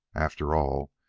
after all,